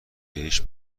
بهش